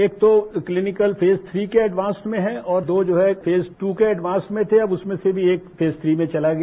एक तो clinical phase three के एडवांस में है और दो जो है फेज दू के एडवांस में थे और उसमें से भी एक फेज थ्री में चला गया